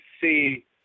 see